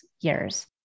years